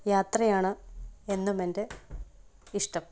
യാത്രയാണ് എന്നും എൻ്റെ ഇഷ്ടം